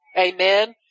Amen